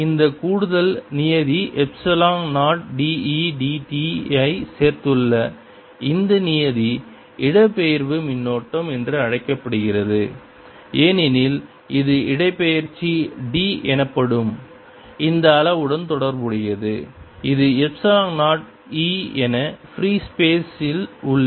இந்த கூடுதல் நியதியை epsilon 0 d E d t ஐ சேர்த்துள்ள இந்த நியதி இடப்பெயர்வு மின்னோட்டம் என்று அழைக்கப்படுகிறது ஏனெனில் இது இடப்பெயர்ச்சி D எனப்படும் இந்த அளவுடன் தொடர்புடையது இது எப்சிலன் 0 e என ஃப்ரீ ஸ்பேஸ் இல் உள்ளது